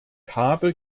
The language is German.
habe